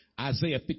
Isaiah